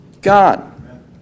God